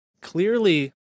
Clearly